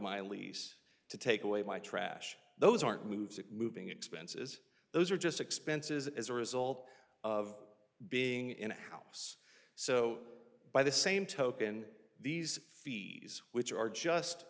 my lease to take away my trash those aren't moves moving expenses those are just expenses as a result of being in a house so by the same token these fees which are just